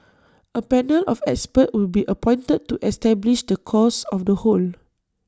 A panel of experts will be appointed to establish the cause of the hole